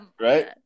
right